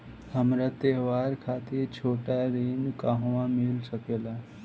हमरा त्योहार खातिर छोटा ऋण कहवा मिल सकेला?